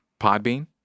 Podbean